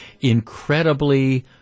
Incredibly